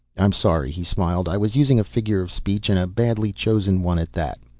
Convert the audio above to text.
i'm sorry, he smiled. i was using a figure of speech, and a badly chosen one at that.